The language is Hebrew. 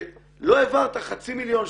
שלא העברתי חצי מיליון,